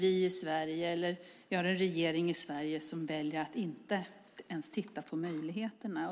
I Sverige har vi en regering som väljer att inte ens titta på möjligheterna.